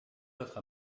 votre